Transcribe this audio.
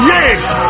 Yes